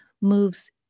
moves